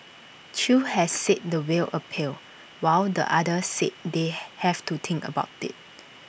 chew has said the will appeal while the other said they have to think about IT